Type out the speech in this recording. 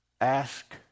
ask